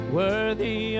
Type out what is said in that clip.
worthy